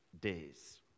days